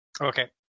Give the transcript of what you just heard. Okay